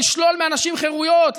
לשלול מאנשים חירויות,